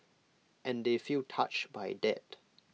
and they feel touched by that